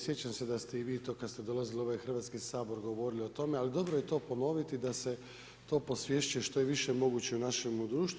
Sjećam se da ste i vi to kad ste dolazili u ovaj Hrvatski sabor govorili o tome, ali dobro je to ponoviti da se to posviješćuje što je više moguće u našemu društvu.